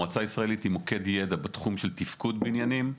המועצה הישראלית היא מוקד ידע בתחום של תפקוד בניינים,